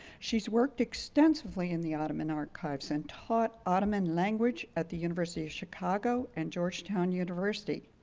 she's worked extensively in the ottoman archives and taught ottoman language at the university of chicago and georgetown university.